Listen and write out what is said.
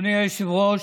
אדוני היושב-ראש,